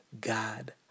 God